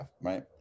right